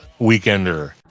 Weekender